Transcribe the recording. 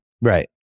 Right